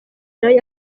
nayo